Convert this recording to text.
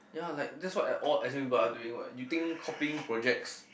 ya like that's what at all s_m_U people are doing what you think copying projects